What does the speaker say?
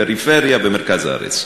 פריפריה ומרכז הארץ.